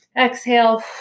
exhale